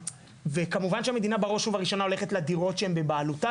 וכמובן שהמדינה בראש ובראשונה הולכת לדירות שהן בבעלותה,